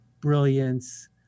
brilliance